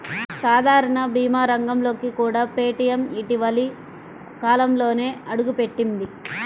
సాధారణ భీమా రంగంలోకి కూడా పేటీఎం ఇటీవలి కాలంలోనే అడుగుపెట్టింది